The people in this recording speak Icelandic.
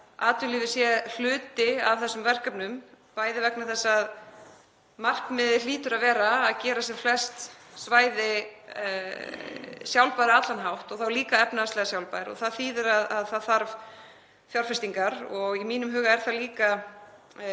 atvinnulífið sé hluti af þessum verkefnum, bæði vegna þess að markmiðið hlýtur að vera að gera sem flest svæði sjálfbær á allan hátt og þá líka efnahagslega sjálfbær. Og það þýðir að það þarf fjárfestingar. Í mínum huga er það líka